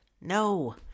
no